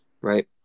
right